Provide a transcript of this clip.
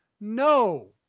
no